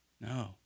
No